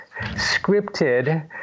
scripted